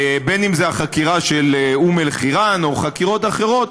בין שזה החקירה של אום אל-חיראן וחקירות אחרות,